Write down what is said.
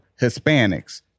Hispanics